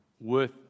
worth